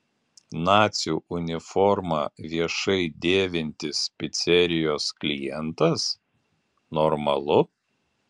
nacių uniformą viešai dėvintis picerijos klientas normalu